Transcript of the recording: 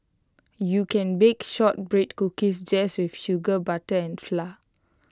you can bake Shortbread Cookies just with sugar butter and flour